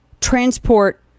transport